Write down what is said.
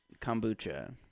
kombucha